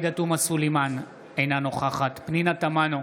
עאידה תומא סלימאן, אינה נוכחת פנינה תמנו,